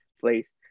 place